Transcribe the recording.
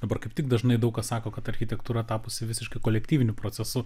dabar kaip tik dažnai daug kas sako kad architektūra tapusi visiškai kolektyviniu procesu